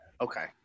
Okay